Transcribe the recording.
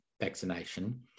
vaccination